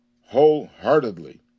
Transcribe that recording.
wholeheartedly